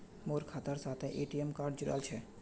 मोर खातार साथे ए.टी.एम कार्ड जुड़ाल छह